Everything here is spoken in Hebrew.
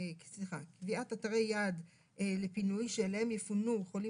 קביעת אתרי יעד לפינוי שאליהם יפונו חולים